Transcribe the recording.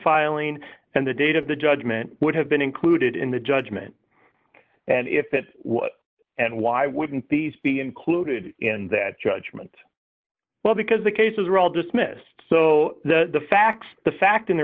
filing and the date of the judgment would have been included in the judgment and if that what and why wouldn't these be included in that judgment well because the cases were all dismissed so the facts the fact and the